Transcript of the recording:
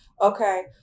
Okay